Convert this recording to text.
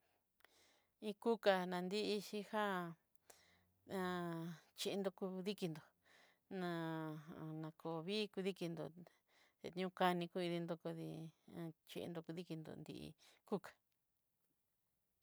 Ikuka daxhi chí já xhinru kudikinró na- nakovii kudikinró, yukaní kuidinrondi xhinró nrí kuká.